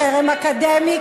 חרם אקדמי,